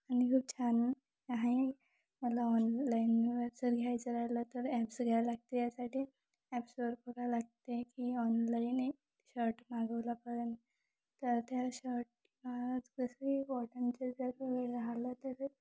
आणि खूप छान आहे मला ऑनलाईनवर जर घ्यायचं राहिलं तर ॲप्स घ्यायला लागते यासाठी ॲप्सवर पाहावे लागते की ऑनलाईन एक शर्ट मागवला पर्यंत तर त्या शर्ट कसं की कॉटनचे जर वेळ राहलं तर